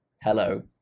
hello